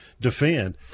defend